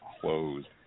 closed